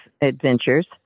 adventures